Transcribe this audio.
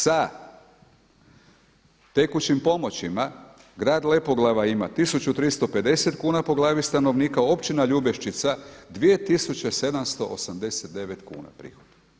Sa tekućim pomoćima grad Lepoglava ima 1350 kuna po glavi stanovnika, općina Ljubeščica 2789 kuna prihoda.